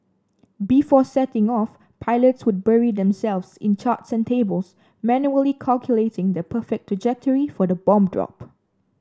before setting off pilots would bury themselves in charts and tables manually calculating the perfect trajectory for the bomb drop